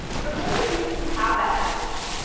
for those of you who have that message,